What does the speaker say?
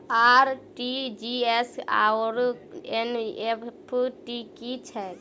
RTGS आओर NEFT की छैक?